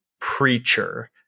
Preacher